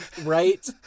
Right